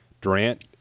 Durant